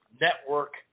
network